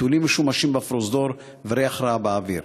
חיתולים משומשים בפרוזדור וריח רע באוויר.